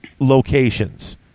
locations